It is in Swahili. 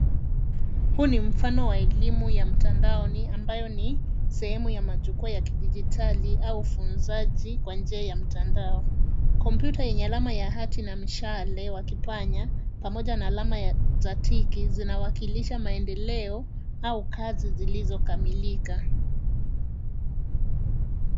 Huu ni mfano wa elimu ya mtandaoni ambayo ni sehemu ya majukwaa ya kidijitali au ufunzaji kwa njia ya mtandao. Kompyuta yenye alama ya hati na mishale wa kipanya pamoja na alama za tiki zinawakilisha maendeleo au kazi zilizokamilika.